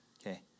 Okay